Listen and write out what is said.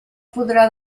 podrà